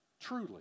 truly